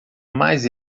mais